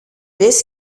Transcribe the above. this